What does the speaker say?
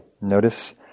Notice